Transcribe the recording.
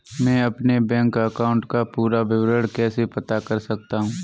मैं अपने bank account का पूरा विवरण कैसे पता कर सकता हूँ?